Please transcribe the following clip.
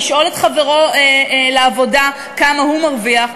לשאול את חברו לעבודה כמה הוא מרוויח,